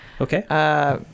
Okay